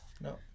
No